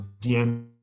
DM